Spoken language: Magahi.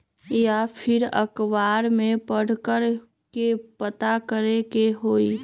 या फिर अखबार में पढ़कर के पता करे के होई?